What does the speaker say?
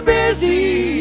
busy